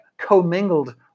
co-mingled